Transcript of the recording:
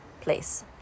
place